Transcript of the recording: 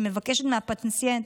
היא מבקשת מהפציינט,